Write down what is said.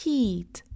Heat